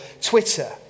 Twitter